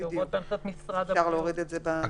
אז אפשר להוריד את זה פה.